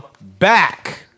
back